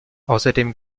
außerdem